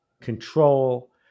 control